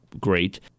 great